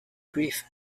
grief